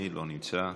לא נמצא,